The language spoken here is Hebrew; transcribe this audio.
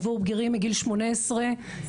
עבור בגירים מגיל 18 ומעלה.